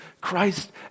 Christ